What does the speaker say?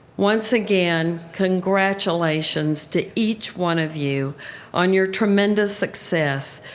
once again, congratulations to each one of you on your tremendous success.